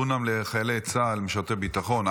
דונם לחיילי צה"ל משרתי ביטחון,